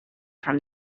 from